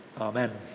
amen